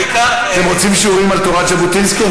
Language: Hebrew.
אתם רוצים שיעורים על תורת ז'בוטינסקי?